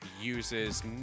uses